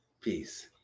Peace